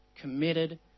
committed